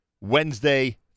Wednesday